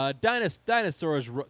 Dinosaurs